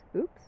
oops